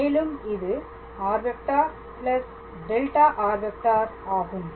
மேலும் இது r⃗ δr⃗ ஆகும்